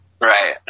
Right